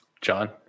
John